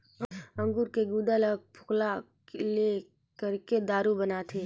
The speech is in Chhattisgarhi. अंगूर के गुदा ल फोकला ले करके दारू बनाथे